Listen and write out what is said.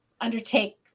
undertake